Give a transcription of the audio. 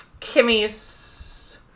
Kimmy's